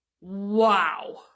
wow